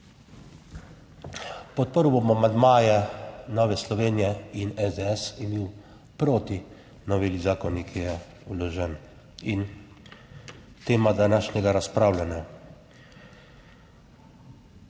Podprl bom amandmaje Nove Slovenije in SDS in bil proti noveli zakona, ki je vložen in tema današnjega razpravljanja.